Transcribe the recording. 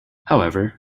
however